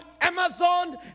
Amazon